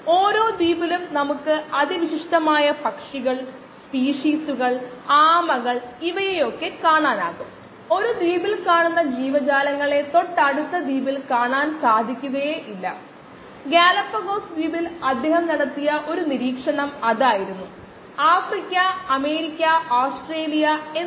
സംഗീതത്തിലും നൃത്തത്തിലും മറ്റും സ്വാഭാവിക കഴിവുള്ള ചില ആളുകൾ പോലെ ചില ആളുകൾ സ്വാഭാവികമായും അതിൽ നല്ലവരായിരിക്കും